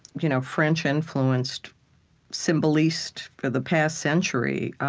you know french-influenced symbolistes for the past century